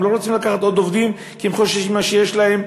הם לא רוצים לקחת עוד עובדים כי הם חוששים ממה שיהיה להם.